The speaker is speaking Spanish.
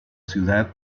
ciudad